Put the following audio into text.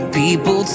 people